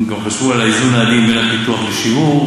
הם גם חשבו על האיזון העדין בין הפיתוח לשימור.